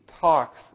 talks